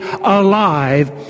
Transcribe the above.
alive